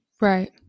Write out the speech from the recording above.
right